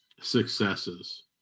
successes